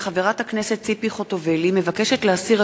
כי חברת הכנסת ציפי חוטובלי מבקשת להסיר